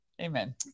Amen